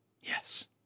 Yes